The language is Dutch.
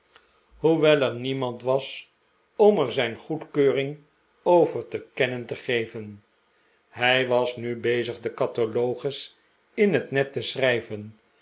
hoewel er niemand was om er zijn goedkeuring over te kennen te geven hij was nu bezig den catalogus in net net te schrijven